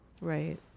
Right